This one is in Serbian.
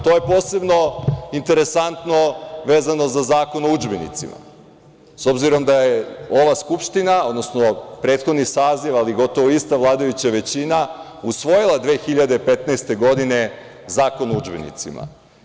To je posebno interesantno vezano za Zakon o udžbenicima, s obzirom da je ova Skupština, odnosno prethodni saziv, ali gotovo ista vladajuća većina, usvojila 2015. godine Zakon o udžbenicima.